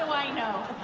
i know?